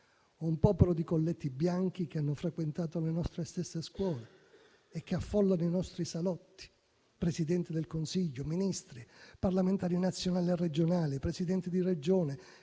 Un popolo di colletti bianchi che ha frequentato le nostre stesse scuole e che affolla i nostri salotti: Presidenti del Consiglio, Ministri, parlamentari nazionali e regionali, Presidenti di Regione,